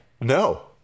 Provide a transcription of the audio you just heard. No